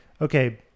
okay